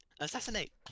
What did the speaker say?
Assassinate